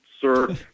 sir